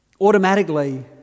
automatically